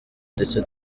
twese